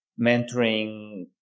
mentoring